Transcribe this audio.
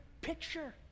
picture